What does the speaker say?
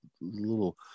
little